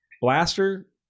Blaster